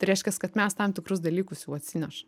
tai reiškias kad mes tam tikrus dalykus jau atsinešam